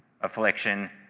affliction